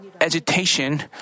agitation